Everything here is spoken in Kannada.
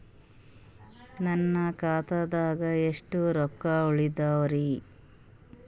ನನ್ನ ಖಾತಾದಾಗ ಎಷ್ಟ ರೊಕ್ಕ ಉಳದಾವರಿ?